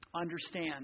understand